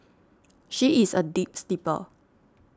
she is a deep sleeper